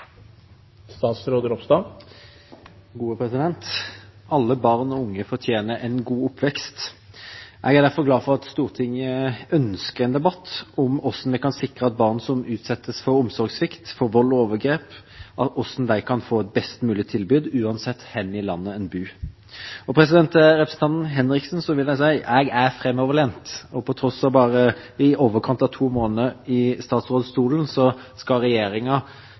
derfor glad for at Stortinget ønsker en debatt om hvordan vi kan sikre at barn som utsettes for omsorgssvikt, for vold og overgrep, kan få et best mulig tilbud, uansett hvor i landet de bor. Til representanten Henriksen vil jeg si: Jeg er framoverlent. På tross av at jeg bare har hatt i overkant av to måneder i statsrådsstolen, skal regjeringa